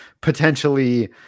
potentially